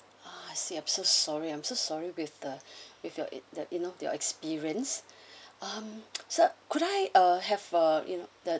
ah I see I'm so sorry I'm so sorry with the with your the you know the experience um sir could I uh have uh you know